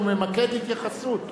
הוא ממקד התייחסות,